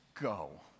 Go